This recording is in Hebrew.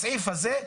בסעיף הזה,